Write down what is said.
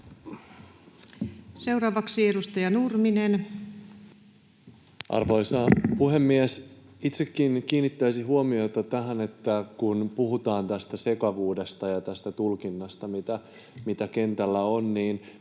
Time: 16:51 Content: Arvoisa puhemies! Itsekin kiinnittäisin huomiota tähän, että kun puhutaan tästä sekavuudesta ja tästä tulkinnasta, mitä kentällä on, niin